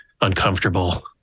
uncomfortable